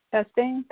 Testing